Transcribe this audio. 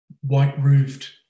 white-roofed